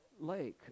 lake